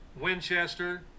Winchester